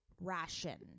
ration